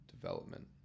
development